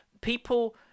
people